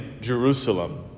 Jerusalem